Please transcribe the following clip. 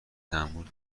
تحمل